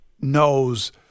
knows